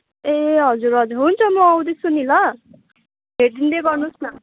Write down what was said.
ए हजुर हजुर हुन्छ म आउँदैछु नि ल हेरिदिँदै गर्नुहोस् न